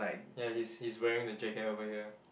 ya he's he's wearing the jacket over here